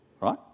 right